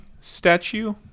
statue